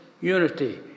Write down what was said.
unity